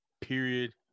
period